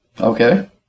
Okay